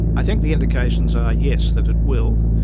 i think the indications are, yes, that it will,